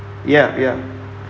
ya ya